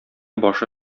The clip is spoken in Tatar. башы